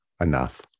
enough